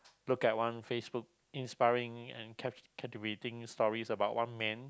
look at one Facebook inspiring and captivating stories about one man